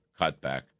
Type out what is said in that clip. cutback